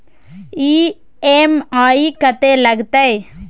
EMI कत्ते लगतै?